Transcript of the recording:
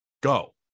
go